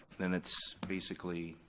then it's basically